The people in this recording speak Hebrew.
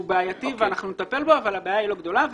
הוא בעייתי ואנחנו נטפל בו אבל הבעיה היא לא גדולה.